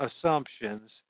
assumptions